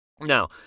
Now